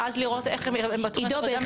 ואז לראות איך תוכניות העבודה מתייחסות אליהם.